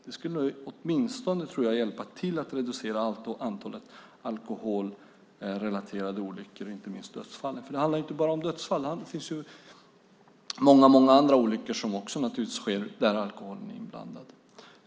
Det skulle åtminstone hjälpa till att reducera antalet alkoholrelaterade olyckor, inte minst dödsfallen. Det handlar inte bara om dödsfall, utan det sker många andra olyckor där alkoholen är inblandad.